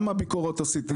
ביקורות עשיתי.